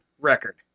record